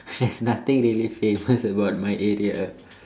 there's nothing really famous about my area